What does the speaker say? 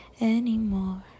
Anymore